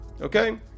okay